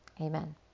amen